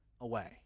away